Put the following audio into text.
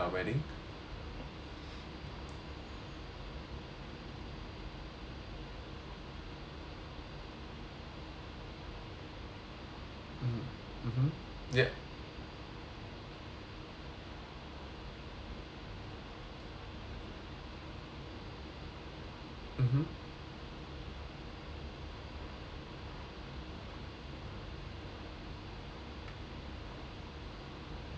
mm mmhmm yup mmhmm